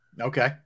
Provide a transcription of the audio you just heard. okay